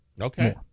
Okay